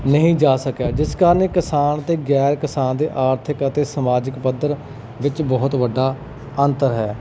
ਨਹੀਂ ਜਾ ਸਕਿਆ ਜਿਸ ਕਾਰਨ ਕਿਸਾਨ ਅਤੇ ਗੈਰ ਕਿਸਾਨ ਦੇ ਆਰਥਿਕ ਅਤੇ ਸਮਾਜਿਕ ਪੱਧਰ ਵਿੱਚ ਬਹੁਤ ਵੱਡਾ ਅੰਤਰ ਹੈ